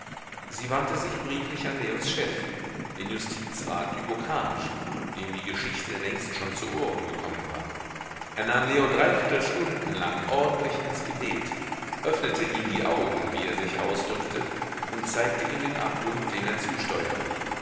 sie wandte sich brieflich an leos chef den justizrat dübocage dem die geschichte längst schon zu ohren gekommen war er nahm leo dreiviertel stunden lang ordentlich ins gebet öffnete ihm die augen wie er sich ausdrückte und zeigte ihm den abgrund dem er zusteuere